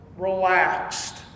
relaxed